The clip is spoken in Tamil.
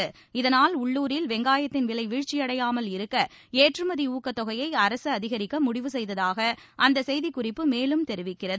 சந்தைகளுக்கான இதனால் உள்ளுரில் வெங்காயத்தின் விலை வீழ்ச்சியடையாமல் இருக்க ஏற்றுமதி ஊக்கத்தொகையை அரசு அதிகரிக்க முடிவு செய்ததாக அந்த செய்தி குறிப்பு மேலும் தெரிவிக்கிறது